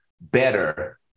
better